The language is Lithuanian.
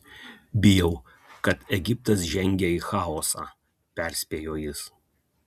bijau kad egiptas žengia į chaosą perspėjo jis